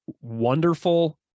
wonderful